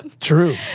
True